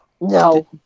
No